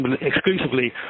exclusively